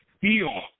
feel